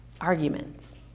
arguments